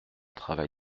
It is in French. travail